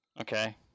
Okay